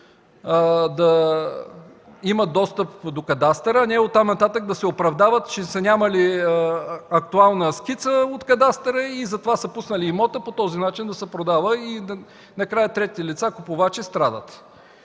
да имат достъп до кадастъра, а не да се оправдават, че не са имали актуална скица от кадастъра и затова са пуснали имота по този начин да се продава и накрая страдат третите лица купувачи.